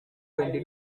twenty